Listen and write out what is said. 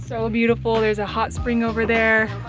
so beautiful. there's a hot spring over there.